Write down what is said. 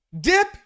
Dip